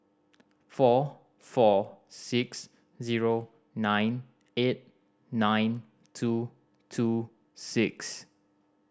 four four six zero nine eight nine two two six